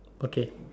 okay